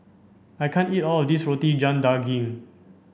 I can't eat all of this Roti John Daging